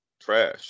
trash